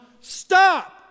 Stop